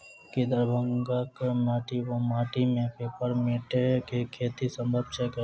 की दरभंगाक माटि वा माटि मे पेपर मिंट केँ खेती सम्भव छैक?